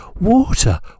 Water